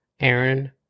Aaron